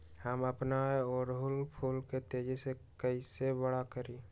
हम अपना ओरहूल फूल के तेजी से कई से बड़ा करी?